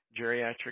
geriatric